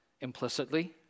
implicitly